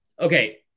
Okay